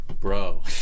Bro